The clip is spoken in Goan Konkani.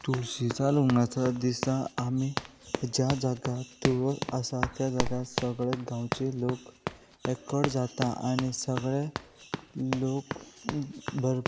तुळशी लग्नाचो दिसता आमी ज्या जाग्या तुळस आसा त्या जाग्यार सगळे गांवचे लोक एकठांय जातात आनी सगळे लोक भरप